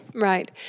Right